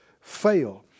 fail